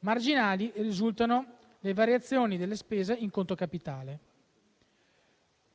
Marginali risultano le variazioni della spesa in conto capitale.